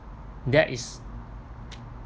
that is